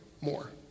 more